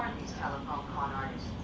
telephone con artists?